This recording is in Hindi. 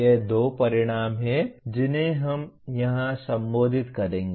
ये दो परिणाम हैं जिन्हें हम यहां संबोधित करेंगे